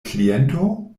kliento